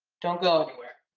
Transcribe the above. don't go anywhere.